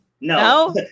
No